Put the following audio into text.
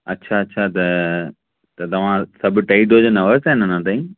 अच्छा अच्छा त त तव्हां सभु टई डोज न वरिता आहिनि अञा ताईं